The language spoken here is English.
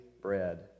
bread